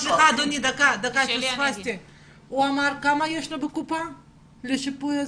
כמה הוא אמר שיש לו בקופה לשיפוי?